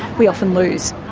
we often lose.